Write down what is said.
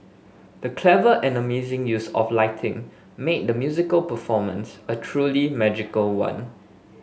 the clever and amazing use of lighting made the musical performance a truly magical one